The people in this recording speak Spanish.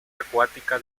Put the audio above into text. acuática